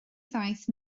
ddaeth